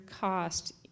cost